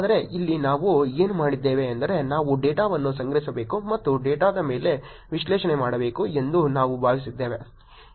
ಆದರೆ ಇಲ್ಲಿ ನಾವು ಏನು ಮಾಡಿದ್ದೇವೆ ಎಂದರೆ ನಾವು ಡೇಟಾವನ್ನು ಸಂಗ್ರಹಿಸಬೇಕು ಮತ್ತು ಡೇಟಾದ ಮೇಲೆ ವಿಶ್ಲೇಷಣೆ ಮಾಡಬೇಕು ಎಂದು ನಾವು ಭಾವಿಸಿದ್ದೇವೆ